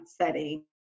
setting